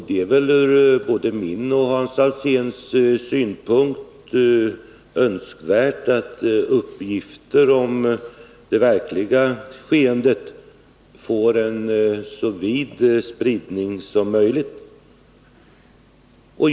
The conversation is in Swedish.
Det är väl både från min och Hans Alséns synpunkt önskvärt att uppgifter om det verkliga skeendet får en så vid spridning som möjligt.